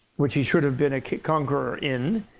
which he should have been a conqueror in.